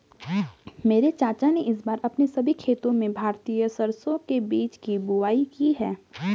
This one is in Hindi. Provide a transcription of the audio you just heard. मेरे चाचा ने इस बार अपने सभी खेतों में भारतीय सरसों के बीज की बुवाई की है